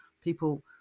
people